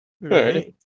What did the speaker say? right